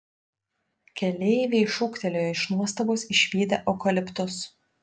keleiviai šūktelėjo iš nuostabos išvydę eukaliptus